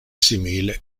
simile